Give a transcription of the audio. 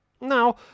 Now